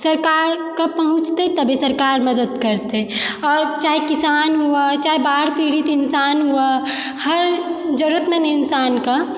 सरकार के पहुँचतै तबे सरकार मदद करतै और चाहे किसान हुए चाहे बाढ़ पीड़ित इन्सान हुए हर जरूरतमन्द इन्सानकऽ